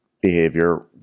behavior